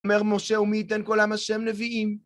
אומר משה, ומי ייתן כל עם השם נביאים?